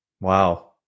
Wow